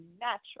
natural